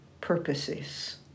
purposes